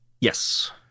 Yes